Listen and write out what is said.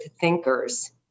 thinkers